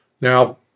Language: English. Now